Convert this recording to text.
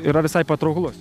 yra visai patrauklus